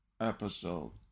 episode